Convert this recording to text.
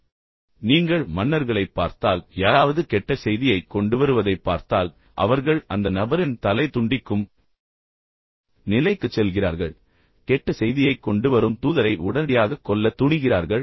எனவே நீங்கள் மன்னர்களைப் பார்த்தால் யாராவது கெட்ட செய்தியைக் கொண்டுவருவதைப் பார்த்தால் அவர்கள் அந்த நபரின் தலை துண்டிக்கும் நிலைக்குச் செல்கிறார்கள் கெட்ட செய்தியைக் கொண்டுவரும் தூதரை உடனடியாகக் கொல்ல துணிகிறார்கள்